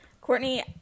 Courtney